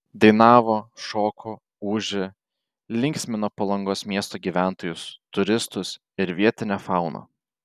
dainavo šoko ūžė linksmino palangos miesto gyventojus turistus ir vietinę fauną